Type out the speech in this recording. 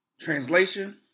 Translation